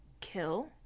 kill